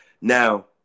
Now